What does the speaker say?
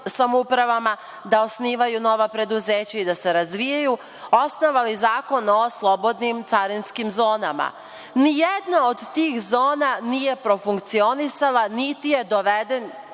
samouprava da osnivaju nova preduzeća i da se razvijaju, osnovali Zakon o slobodnim carinskim zonama. Ni jedna od tih zona nije profunkcionisali, niti je doveden